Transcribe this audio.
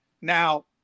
Now